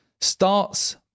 starts